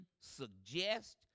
suggest